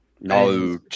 No